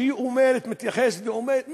שהיא מתייחסת ואומרת,